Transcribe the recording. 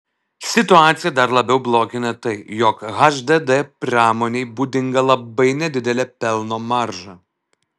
situaciją dar labiau blogina tai jog hdd pramonei būdinga labai nedidelė pelno marža